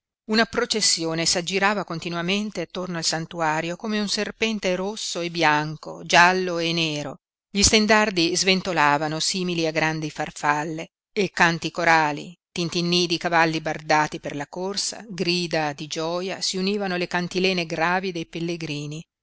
una processione s'aggirava continuamente attorno al santuario come un serpente rosso e bianco giallo e nero gli stendardi sventolavano simili a grandi farfalle e canti corali tintinnii di cavalli bardati per la corsa grida di gioia si univano alle cantilene gravi dei pellegrini